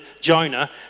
Jonah